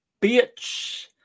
Bitch